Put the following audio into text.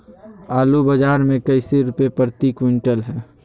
आलू बाजार मे कैसे रुपए प्रति क्विंटल है?